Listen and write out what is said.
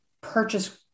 purchase